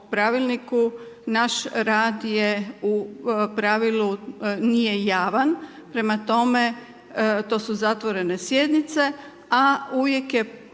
naš u pravilu nije javan prema tome, to su zatvorene sjednice a uvijek je